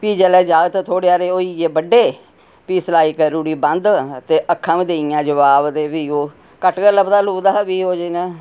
फ्ही जेल्लै जागत थोह्ड़े सारे होई गे बड्डे फ्ही सलाई करी ओड़ी बंद ते अक्खां बी देई गेइयां जवाब फ्ही ओह् घट्ट गै लभदा लुभदा फ्ही ओह्